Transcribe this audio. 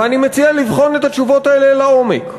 ואני מציע לבחון את התשובות הללו לעומק.